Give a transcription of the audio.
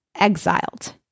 exiled